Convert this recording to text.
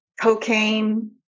cocaine